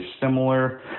similar